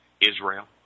Israel